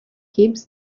heaps